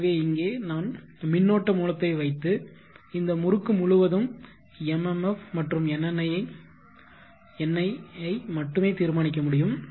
எனவே இங்கே நான் மின்னோட்ட மூலத்தை வைத்து இந்த முறுக்கு முழுவதும் MMF மற்றும் NNI NI ஐ மட்டுமே தீர்மானிக்க முடியும்